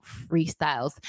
freestyles